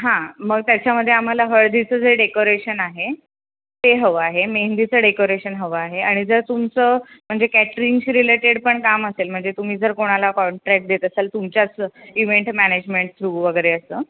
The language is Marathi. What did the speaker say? हां मग त्याच्यामध्ये आम्हाला हळदीचं जे डेकोरेशन आहे ते हवं आहे मेहंदीचं डेकोरेशन हवं आहे आणि जर तुमचं म्हणजे कॅटरिंगशी रिलेटेड पण काम असेल म्हणजे तुम्ही जर कोणाला कॉन्ट्रॅक्ट देत असाल तुमच्याच इव्हेंट मॅनेजमेंट थ्रू वगैरे असं